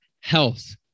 Health